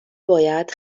باید